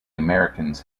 americans